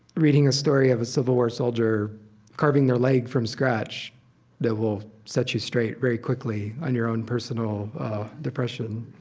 reading a story of a civil war soldier carving their leg from scratch that will set you straight very quickly on your own personal depression.